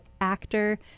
actor